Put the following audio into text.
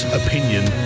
opinion